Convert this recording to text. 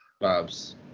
Bob's